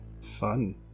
Fun